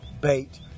bait